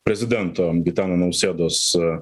prezidento gitano nausėdos